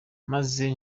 maze